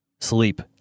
Sleep